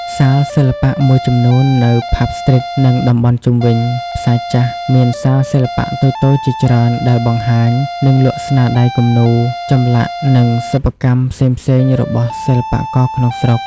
សាលសិល្បៈមួយចំនួននៅ ផ៉ាប់ ស្រ្ទីត និង តំបន់ជុំវិញ ផ្សារចាស់ មានសាលសិល្បៈតូចៗជាច្រើនដែលបង្ហាញ និងលក់ស្នាដៃគំនូរ ចម្លាក់ និងសិប្បកម្មផ្សេងៗរបស់សិល្បករក្នុងស្រុក។